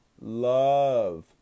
love